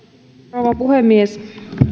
rouva puhemies